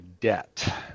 debt